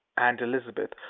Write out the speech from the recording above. and elizabeth,